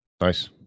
Nice